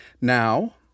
Now